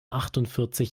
achtundvierzig